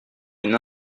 une